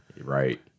Right